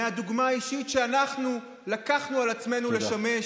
מהדוגמה האישית שאנחנו קיבלנו על עצמנו לשמש,